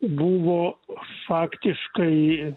buvo faktiškai